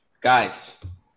Guys